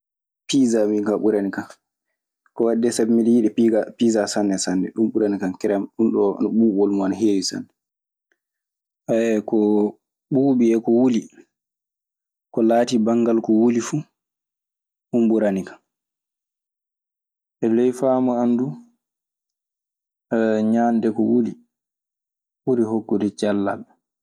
Piisa minka ɓurani kan ko waɗi dee. Sabi miɗe yiɗi piisa sanne sanne. Ɗun ɓurani kan kerem, ɗun ɗoo ɓuuɓool mun ana heewi sanne. ko ɓuuɓi e ko wuli. Ko laatii banngal ko wuli fuu, ɗun ɓuranikan. E ley faamu an du, ñaande ko wuli ɓuri hokkude cellal.